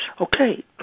Okay